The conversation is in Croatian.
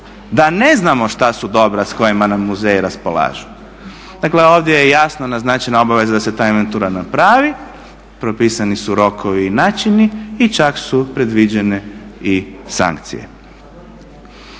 da ne znamo šta su dobra s kojima nam muzeji raspolažu. Dakle ovdje je jasno naznačena obaveza da se ta inventura napravi, propisani su rokovi i načini i čak su predviđene i sankcije.